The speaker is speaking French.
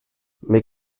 mais